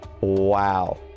Wow